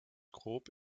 grob